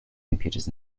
computers